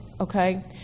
okay